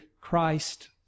Christ